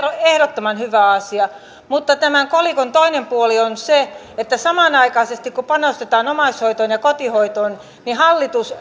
ehdottoman hyvä asia mutta tämän kolikon toinen puoli on se että samanaikaisesti kun panostetaan omaishoitoon ja kotihoitoon hallitus